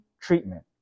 treatment